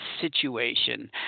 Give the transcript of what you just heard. situation